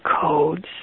codes